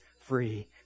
free